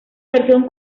versión